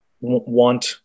Want